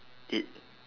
it